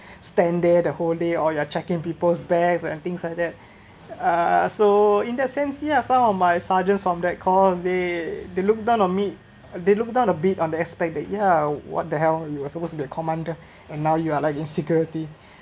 stand there the whole day or you're checking people's bags and things like that uh so in that sense ya some of my sergeants from that course they they look down on me they look down a bit on the aspect that ya what the hell you were supposed to be a commander and now you are like in security